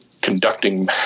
conducting